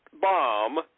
Bomb